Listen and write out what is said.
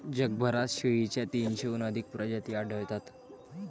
जगभरात शेळीच्या तीनशेहून अधिक प्रजाती आढळतात